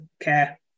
care